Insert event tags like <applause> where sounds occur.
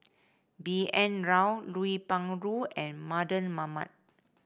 B N Rao Lui Pao <unintelligible> and Mardan Mamat